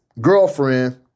girlfriend